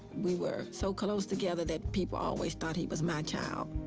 we were so close together that people always thought he was my child.